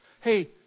Hey